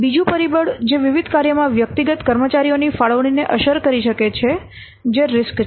બીજું પરિબળ જે વિવિધ કાર્યમાં વ્યક્તિગત કર્મચારીઓની ફાળવણીને અસર કરી શકે છે જે રીસ્ક છે